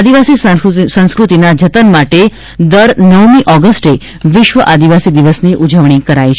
આદિવાસી સંસ્કૃતિના જતન માટે દર નવમી ઓગસ્ટે વિશ્વ આદિવાસી દિવસની ઉજવણી કરાય છે